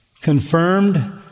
confirmed